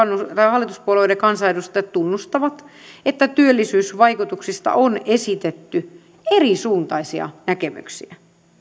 hallituspuolueiden kansanedustajat tunnustavat että työllisyysvaikutuksista on esitetty erisuuntaisia näkemyksiä